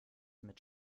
mit